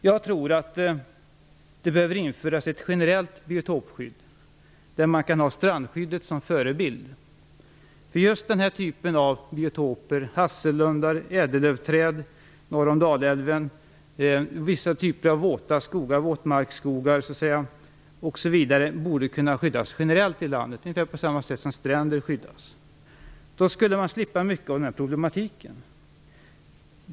Jag tror att det behöver införas ett generellt biotopskydd där man kan ha strandskyddet som förebild. Just den här typen av biotoper, hassellundar, ädellövträd norr om Dalälven, vissa typer av våtmarksskogar osv., borde kunna skyddas generellt i landet ungefär på samma sätt som stränder skyddas. Då skulle vi slippa mycket av den här problematiken.